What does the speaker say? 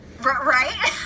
right